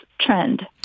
trend